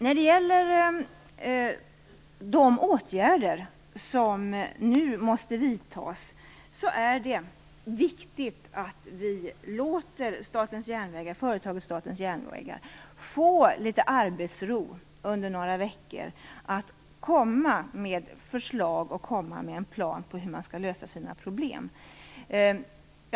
När det gäller de åtgärder som nu måste vidtas vill jag säga att är det viktigt att vi låter företaget Statens järnvägar få litet arbetsro under några veckor för att komma med förslag och en plan för hur man skall lösa sina problem.